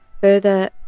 further